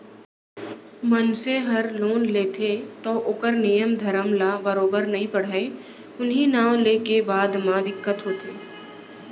मनसे हर लोन लेथे तौ ओकर नियम धरम ल बरोबर नइ पढ़य उहीं नांव लेके बाद म दिक्कत होथे